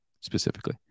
specifically